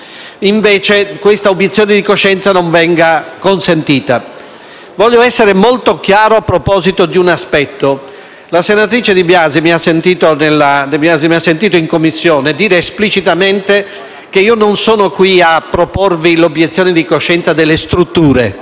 Voglio essere molto chiaro a proposito di un aspetto. La senatrice De Biasi in Commissione mi ha sentito dire esplicitamente che non sono qui a proporvi l'obiezione di coscienza delle strutture. Mi dispiace, ma non riconosco coscienza alle strutture: